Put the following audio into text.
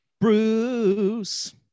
Bruce